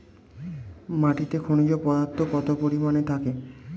মাটিতে খনিজ পদার্থ কত পরিমাণে থাকে?